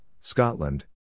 Scotland